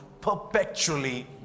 perpetually